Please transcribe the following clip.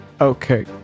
Okay